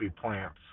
plants